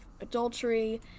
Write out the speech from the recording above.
adultery